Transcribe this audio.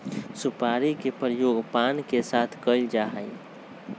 सुपारी के प्रयोग पान के साथ कइल जा हई